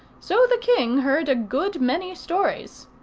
so the king heard a good many stories.